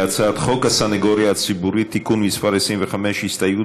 להצעת חוק הסנגוריה הציבורית (תיקון מס' 25) (הסתייעות